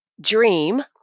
dream